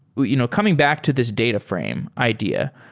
you know coming back to this data frame idea,